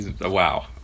Wow